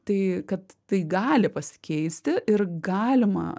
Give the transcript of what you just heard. tai kad tai gali pasikeisti ir galima